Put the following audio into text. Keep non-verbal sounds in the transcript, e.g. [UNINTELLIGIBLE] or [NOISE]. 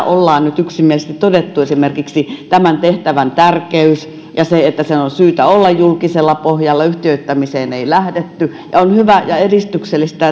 [UNINTELLIGIBLE] ollaan nyt yksimielisesti todettu esimerkiksi tämän tehtävän tärkeys ja se että sen on syytä olla julkisella pohjalla yhtiöittämiseen ei lähdetty ja on hyvä ja edistyksellistä [UNINTELLIGIBLE]